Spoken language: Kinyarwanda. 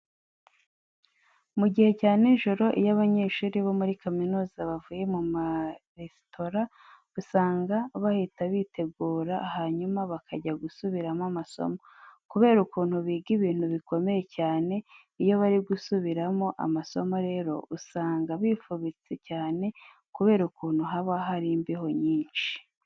Mu gihe cya nijoro iyo abanyeshuri bo muri kaminuza bavuye mu maresitora, usanga bahita bitegura hanyuma bakajya gusubiramo amasomo, kubera ukuntu biga ibintu bikomeye cyane. Iyo bari gusubiramo amasomo rero usanga bifubitse cyane kubera ukuntu haba hari imbeho nyinshi.